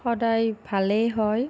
সদায় ভালেই হয়